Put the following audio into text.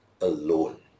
alone